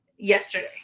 Yesterday